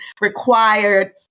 required